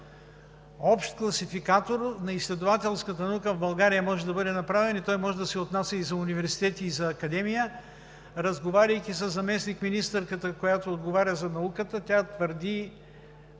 Общ класификатор на изследователската наука в България може да бъде направен и може да се отнася и за университетите, и за Академията. Разговаряйки със заместник-министърката, която отговаря за науката – скоро